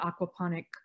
aquaponic